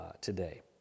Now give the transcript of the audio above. today